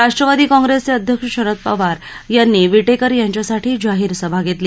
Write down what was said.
राष्ट्रवादी कॉग्रेसचे अध्यक्ष शरद पवार यांनी विटेकर यांच्यासाठी जाहीर सभा घेतली